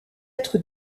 être